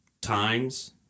times